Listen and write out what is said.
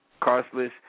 costless